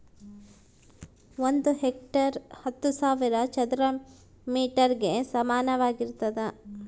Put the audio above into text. ಒಂದು ಹೆಕ್ಟೇರ್ ಹತ್ತು ಸಾವಿರ ಚದರ ಮೇಟರ್ ಗೆ ಸಮಾನವಾಗಿರ್ತದ